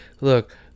Look